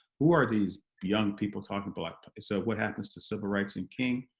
who are these young people talking black power? so what happens to civil rights and king?